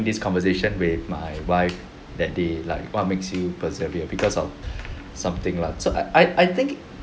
this conversation with my wife that they like what makes you persevere because of something lah so I I I think